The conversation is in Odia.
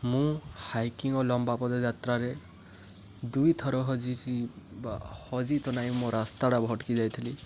ମୁଁ ହାଇକିଙ୍ଗ ଓ ଲମ୍ବା ପଦଯାତ୍ରାରେ ଦୁଇ ଥର ହଜିଛିି ବା ହଜି ତ ନାହିଁ ମୋ ରାସ୍ତାଟା ଭଟକି ଯାଇଥିଲି